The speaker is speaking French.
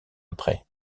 après